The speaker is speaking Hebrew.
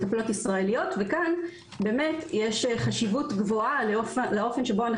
מטפלות ישראליות וכאן באמת יש חשיבות גבוהה לאופן שבו אנחנו